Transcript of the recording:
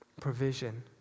provision